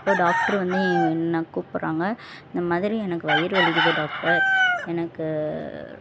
அப்போது டாக்ட்ரு வந்து என்னை கூப்பிட்றாங்க இந்த மாதிரி எனக்கு வயிறு வலிக்குது டாக்டர் எனக்கு